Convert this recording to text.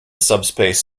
subspace